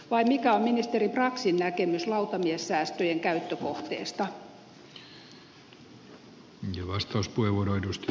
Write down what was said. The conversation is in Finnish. vai mikä on ministeri braxin näkemys lautamiessäästöjen käyttökohteesta